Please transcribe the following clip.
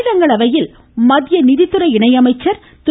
மாநிலங்களவையில் மத்திய நிதித்துறை இணையமைச்சர் திரு